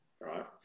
Right